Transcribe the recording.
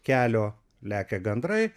kelio lekia gandrai